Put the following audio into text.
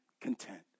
content